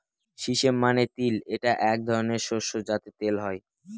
sesame মানে তিল এটা এক ধরনের শস্য যাতে তেল হয়